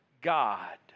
God